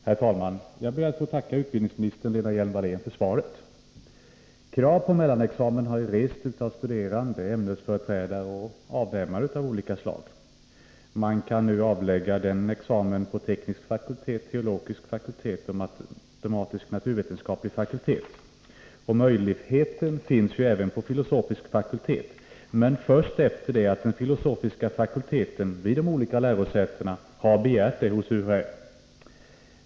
Herr talman! Jag ber att få tacka utbildningsminister Lena Hjelm-Wallén för svaret. Krav på mellanexamen har rests av studerande, ämnesföreträdare och avnämare av olika slag. Man kan nu avlägga mellanexamen på teknisk fakultet, teologisk fakultet, matematisk och naturvetenskaplig fakultet. Möjligheten finns även på filosofisk fakultet, men först efter det att den filosofiska fakulteten vid de olika lärosätena har begärt det hos UHÄ.